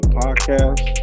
podcast